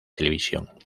televisión